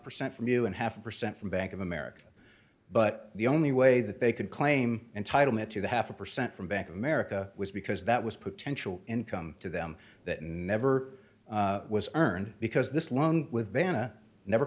percent from you and half percent from bank of america but the only way that they could claim entitlement to the half a percent from bank of america was because that was potential income to them that never was earned because this long with vanna never